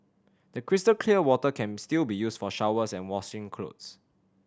the crystal clear water can still be used for showers and washing clothes